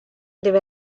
deve